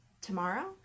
tomorrow